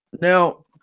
now